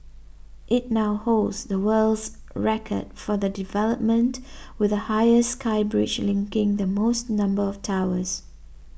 it now holds the world's record for the development with the highest sky bridge linking the most number of towers